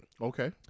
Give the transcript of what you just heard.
Okay